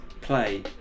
play